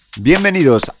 Bienvenidos